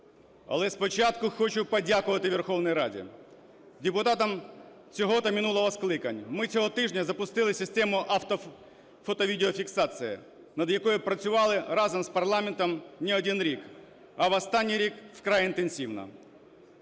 Але спочатку хочу подякувати Верховній Раді, депутатам цього та минулого скликань. Ми цього тижня запустили систему автофотовідеофіксації, над якою працювали разом з парламентом не один рік, а в останній рік вкрай інтенсивно.